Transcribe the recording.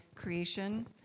creation